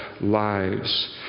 lives